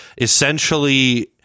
essentially